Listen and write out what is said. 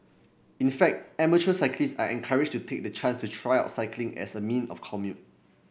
in fact amateur cyclists are encouraged to take the chance to try out cycling as a mean of commute